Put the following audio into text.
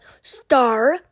star